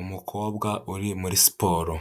Umukobwa uri muri siporo,